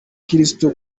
kristo